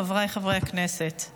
חבריי חברי הכנסת,